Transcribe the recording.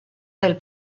del